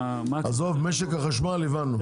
עזוב, את משק החשמל הבנו.